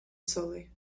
slowly